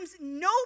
no